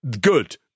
Good